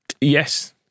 Yes